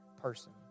person